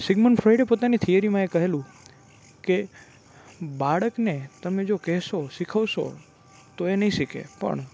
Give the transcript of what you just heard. Sigmund ફ્રોઈડે પોતાની એક થિયરીમાં એ કહેલું કે બાળકને તમે જો કહેશો શીખવશો તો એ નહીં શીખે પણ